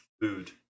food